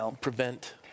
prevent